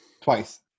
Twice